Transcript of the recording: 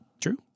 True